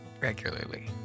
regularly